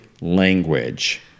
language